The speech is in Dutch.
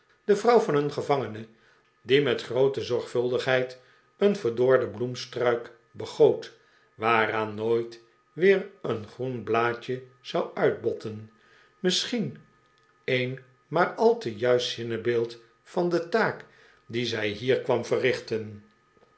de vrouw van een gevangene die met groote zorgvuldigheid een verdorden bloemstruik begoot waaraan nooit weer een groen blaadje zou uitbotten misschien een maar al te juist zinnebeeld van de taak die zij hier kwam verrichten